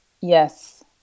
Yes